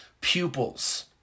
pupils